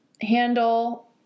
handle